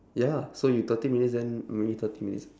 ya so you thirty minutes then m~ me thirty minutes